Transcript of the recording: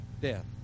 death